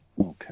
Okay